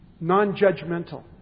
non-judgmental